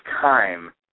time